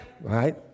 Right